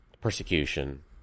persecution